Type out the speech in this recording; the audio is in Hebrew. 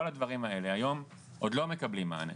כל הדברים האלה, היום, עוד לא מקבלים מענה.